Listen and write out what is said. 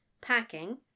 packing